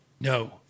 No